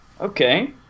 okay